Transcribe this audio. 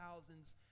thousands